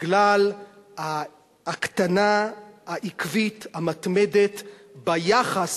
בגלל ההקטנה העקבית המתמדת ביחס,